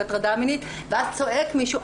על הטרדה מינית ואז צועק מישהו,